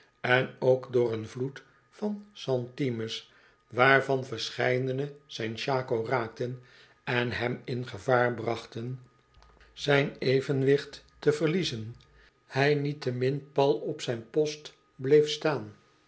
en ook door een vloed van centimes waarvan verscheidene zijn shako raakten en hem in gevaar brachten zijn evenwicht te verliezen hij niettemin pal op zijn post bleef staan